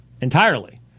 entirely